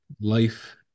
life